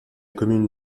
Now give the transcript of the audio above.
commune